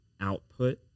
output